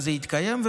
שזה יתקיים,